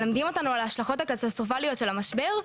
מלמדים אותנו על ההשלכות הקטסטרופליות של המשבר,